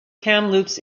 kamloops